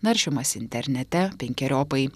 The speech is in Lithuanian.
naršymas internete penkeriopai